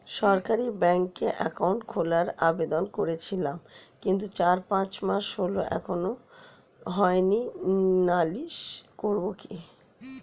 সরকারি ব্যাংকে একাউন্ট খোলার আবেদন করেছিলাম কিন্তু চার মাস হল এখনো হয়নি নালিশ করব কি?